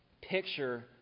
picture